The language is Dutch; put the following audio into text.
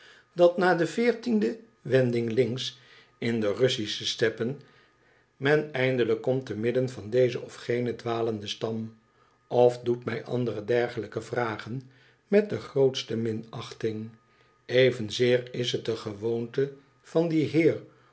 dat na de veertiende wending linksen in de russische steppen men eindelijk komt te midden van deze of gene dwalende stam of doet mij andere dergelijke vragen met de grootste minachting evenzeer is het de gewoonte van dien heer